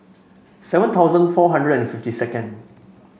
seven thousand four hundred and fifty second